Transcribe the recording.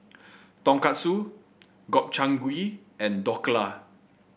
Tonkatsu Gobchang Gui and Dhokla